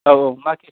औ औ मा केस